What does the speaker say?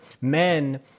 Men